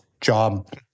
job